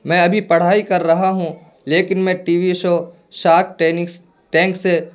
میں ابھی پڑھائی کر رہا ہوں لیکن میں TV show Shark Tanks Tank سے